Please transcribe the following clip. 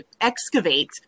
excavate